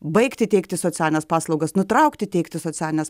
baigti teikti socialines paslaugas nutraukti teikti socialines